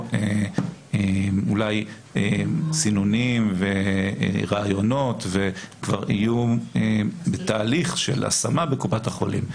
אולי סינונים וריאיונות וכבר יהיו בתהליך של השמה בקופת החולים,